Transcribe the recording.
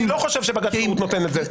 אני לא חושב שבג"ץ חירות נותן את זה.